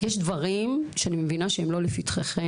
יש דברים שאני מבינה שהם לא לפתחכם,